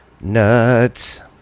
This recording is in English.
Nuts